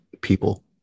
people